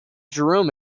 jerome